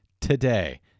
today